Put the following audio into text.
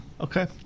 Okay